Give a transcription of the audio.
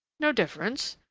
no difference,